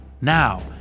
Now